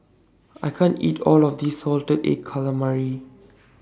I can't eat All of This Salted Egg Calamari